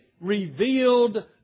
revealed